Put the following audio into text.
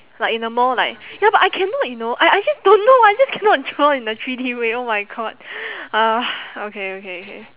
like in a more like ya but I cannot you know I I just don't know I just cannot draw in a three-D way oh my god ugh okay okay okay